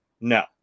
No